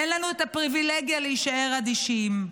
אין לנו את הפריבילגיה להישאר אדישים.